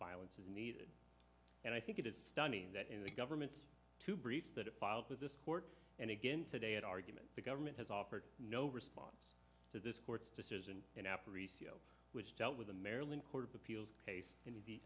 violence is needed and i think it is stunning that in the government's two briefs that it filed with this court and again today at argument the government has offered no response to this court's decision in aparicio which dealt with the maryland court of appeals case in the